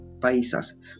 países